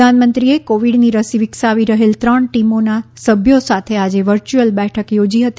પ્રધાનમંત્રીએ કોવિડની રસી વિકસાવી રહેલ ત્રણ ટીમોના સભ્યો સાથે આજે વર્ચ્યુઅલ બેઠક યોજી હતી